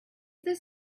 this